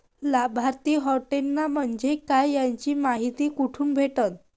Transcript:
लाभार्थी हटोने म्हंजे काय याची मायती कुठी भेटन?